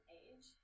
age